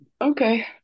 Okay